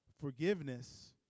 forgiveness